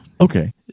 Okay